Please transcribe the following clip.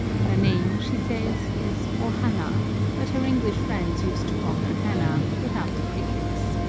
her name, she says, is o-hanna, but her english friends used to call her hannah, without the prefix.